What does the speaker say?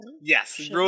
Yes